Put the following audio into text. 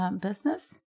business